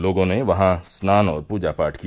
लोगों ने वहां स्नान और पूजा पाठ किया